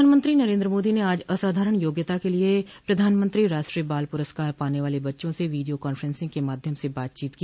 प्रधानमंत्री नरेन्द्र मोदी ने आज असाधारण योग्यता के लिये प्रधानमंत्री राष्ट्रीय बाल पुरस्कार पाने वाले बच्चों से वीडियो कांफ्रेंसिंग के माध्यम से बातचीत की